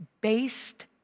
based